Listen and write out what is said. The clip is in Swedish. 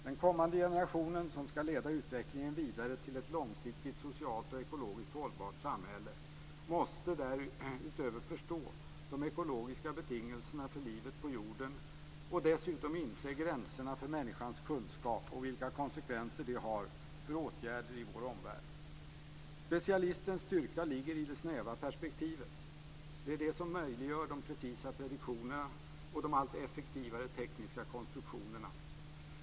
Den kommande generationen, som ska leda utvecklingen vidare mot ett långsiktigt socialt och ekologiskt hållbart samhälle, måste därutöver förstå de ekologiska betingelserna för livet på jorden och dessutom inse gränserna för människans kunskap och vilka konsekvenser det har för åtgärder i vår omvärld. Specialistens styrka ligger i det snäva perspektivet. Det är det som möjliggör de precisa prediktionerna och de allt effektivare tekniska konstruktionerna.